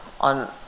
on